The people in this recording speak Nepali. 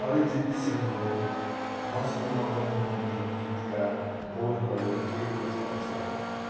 अरिजित सिंहको मस्त मगन भन्ने गीतका बोलहरू के कस्ता छन्